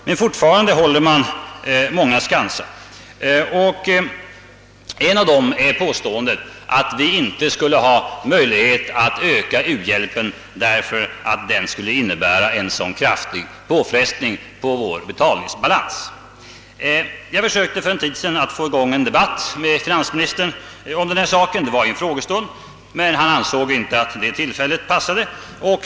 Men fortfarande håller man många skansar, och en av dem är påståendet att vi inte skulle ha möjlighet att öka u-hjälpen därför att det skulle innebära en så kraftig påfrestning på vår betalningsbalans. Under en frågestund för en tid sedan försökte jag få i gång en debatt med finansministern om denna sak, men han ansåg då att tillfället inte var det lämpliga.